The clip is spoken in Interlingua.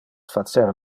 facer